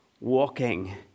walking